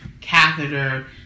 catheter